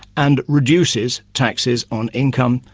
and reduces taxes on income,